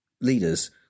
leaders